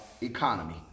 economy